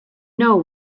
know